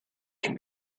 can